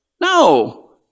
no